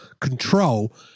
control